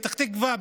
בפתח תקווה,